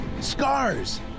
scars